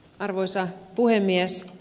arvoisa puhemies